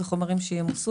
זה ימוסה,